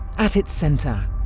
at its centre,